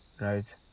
right